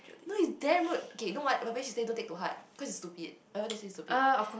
no it's damn rude K you know what whatever she say don't take to heart because it's stupid honestly it's stupid